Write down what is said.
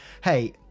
Hey